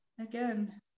again